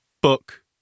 Book